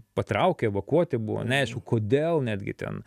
patraukė evakuoti buvo neaišku kodėl netgi ten